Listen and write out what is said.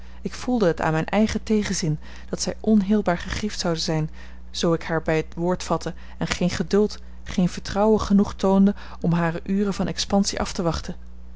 ik voelde het aan mijn eigen tegenzin dat zij onheelbaar gegriefd zoude zijn zoo ik haar bij het woord vatte en geen geduld geen vertrouwen genoeg toonde om hare ure van expansie af te wachten